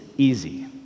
easy